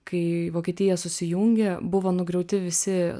kai vokietija susijungė buvo nugriauti visi